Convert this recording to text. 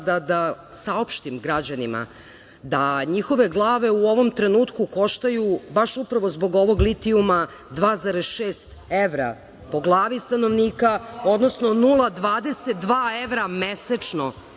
da saopštim građanima da njihove glave u ovom trenutku koštaju, baš upravo zbog ovog litijuma, 2,6 evra po glavi stanovnika, odnosno 0,22 evra mesečno